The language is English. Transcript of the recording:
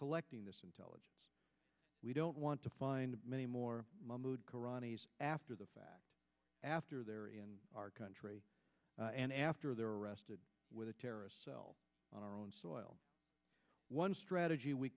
collecting this intelligence we don't want to find many more mahmoud garani after the fact after they're in our country and after they're arrested with a terrorist cell on our own soil one strategy we